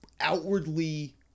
outwardly